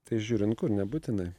tai žiūrint kur nebūtinai